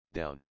down